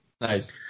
Nice